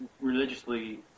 religiously